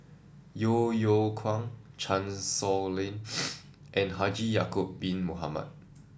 Yeo Yeow Kwang Chan Sow Lin and Haji Ya'acob Bin Mohamed